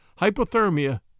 hypothermia